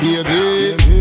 Baby